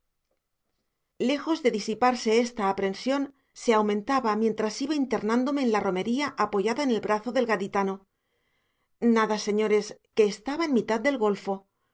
lejos de disiparse esta aprensión se aumentaba mientras iba internándome en la romería apoyada en el brazo del gaditano nada señores que estaba en mitad del golfo